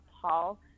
Paul